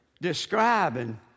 describing